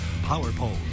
PowerPole